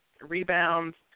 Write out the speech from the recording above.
rebounds